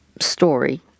story